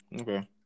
Okay